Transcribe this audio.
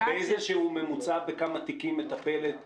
את יכולה לומר לי בכמה תיקים בממוצע מטפלת